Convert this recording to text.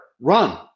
run